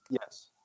Yes